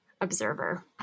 observer